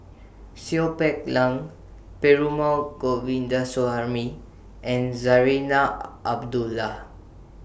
Seow Peck Leng Perumal Govindaswamy and Zarinah Abdullah